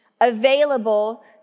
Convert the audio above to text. available